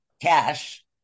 cash